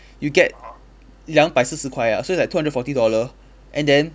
you get 两百四十块啊：liang bai si shi kuai a so it's like two hundred forty dollar and then